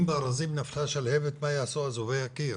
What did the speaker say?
אם בארזים נפלה שלהבת מה יעשו אזובי הקיר.